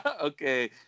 Okay